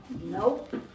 Nope